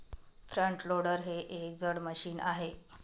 front loader हे एक जड मशीन आहे